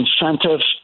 incentives